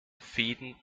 fäden